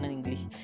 English